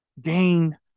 gain